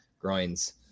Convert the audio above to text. groins